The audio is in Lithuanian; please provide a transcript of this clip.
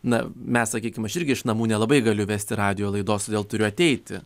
na mes sakykim aš irgi iš namų nelabai galiu vesti radijo laidos todėl turiu ateiti